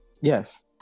Yes